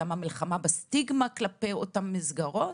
גם המלחמה בסטיגמה כלפי אותן מסגרות?